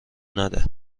نده